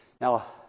Now